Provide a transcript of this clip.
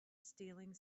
stealing